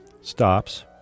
stops